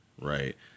right